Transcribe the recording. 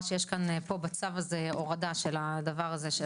שיש כאן פה בצו הזה הורדה של הדבר הזה.